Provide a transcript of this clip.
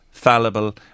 fallible